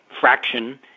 fraction